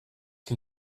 can